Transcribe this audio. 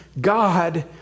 God